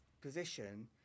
position